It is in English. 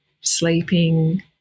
sleeping